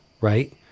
Right